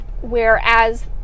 whereas